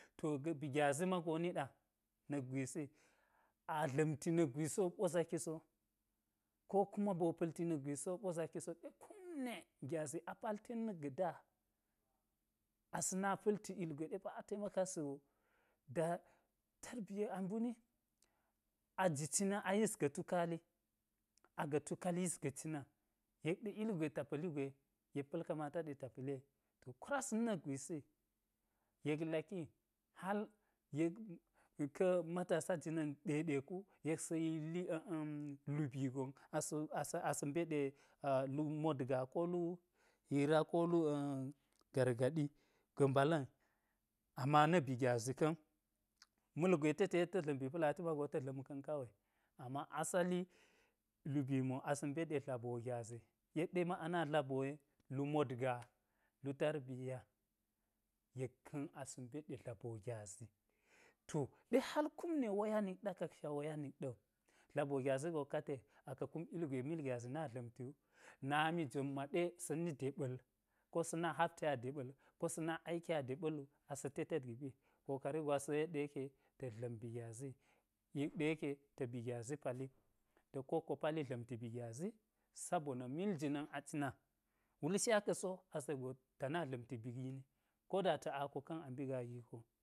To ga̱ bi gyazi mago niɗa na̱k gwisi a-dla̱mti nak gwisi wo so ɓo zaki so ɗe ko kuma gyazi a pal ten na̱k ga da asa̱ na pa̱lti ilgwe ɗe pa a taima kasi go da tarbiye a mbuni a ji cina a yis ga̱ tukaali, ga̱ tukaal a yis ga̱ cina yek ɗe ilgwe ta pa̱li gwe yek pa̱l kamata ɗe ta pa̱li ye, to kwaras na̱ na̱k gwisi yek laki hal yek-matasa jina̱n ɗe ɗe ku yek sa̱ yilli-lubii gon asa̱-asa̱ mbe ɗe lu motgaa ko lu hira ko higargaɗi ga̱ mbala̱n ama na̱ bi gyazi ka̱n ma̱lgo te te ta̱ dla̱mbi pa̱lati mago ta̱ dla̱m ka̱n kawe, ama asali lubimi asa̱ mbe ɗe dlaboo gyazi yek ɗe ma'ana dlaboo ye lu motgaa lu tarbiya yek ka̱n asa̱ mbe dɗe dlaboo gyazi, to ɗe hal kume waya nikɗa kaksha waya nik ɗa wu dlaboo gyazi go ka te aka̱ kum ilgwe mil gyazi na̱ dla̱mti wu, nami jon ma ɗe sa̱ ni deɓa̱l ko sa̱ na hapti a deɓa̱l ko sa̱na aiki a deɓa̱l wu asa̱ te tet giɓi kokari gwasa̱n wo yek ɗe yeke ta̱s dla̱m bi gyazi yek ɗe yeke ta̱ bi gyazi pali ta̱ ko woƙƙo palli dla̱mti bi gyazi sabona̱ mil jinan a cina wul nsha ka̱ so ase go ta na dla̱mti bi gini ko da ta̱ ako ka̱n a mbi gaa ko